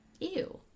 Ew